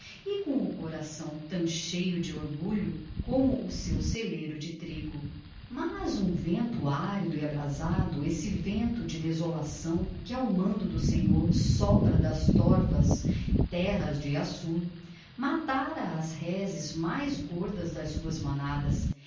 e com o coração tão cheio de orgulho como seu celeiro de trigo mas um vento árido e abrasado esse vento de desolação que ao mando do senhor sopra das torvas terras de assur matara as reses mais gordas das suas manadas